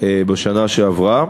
בשנה שעברה,